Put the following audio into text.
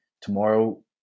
tomorrow